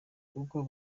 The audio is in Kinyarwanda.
kuko